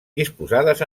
disposades